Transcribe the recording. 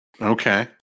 okay